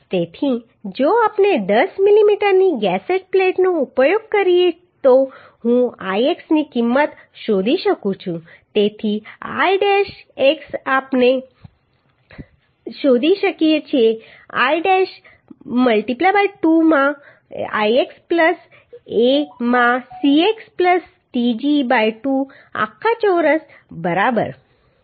તેથી જો આપણે 10 મીમીની ગસેટ પ્લેટનો ઉપયોગ કરીએ તો હું Ix ની કિંમત શોધી શકું છું તેથી I dash x આપણે શોધી શકીએ છીએ I dash x 2 માં Ix plus A માં Cx plus tg બાય 2 આખા ચોરસ બરાબર